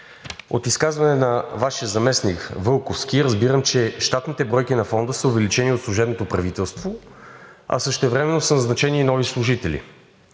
от изказване на Вашия заместник Вълковски разбирам, че щатните бройки във Фонда са увеличени от служебното правителство, а същевременно са назначени и нови служители.